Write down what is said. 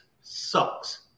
sucks